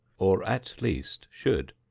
or at least should.